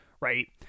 right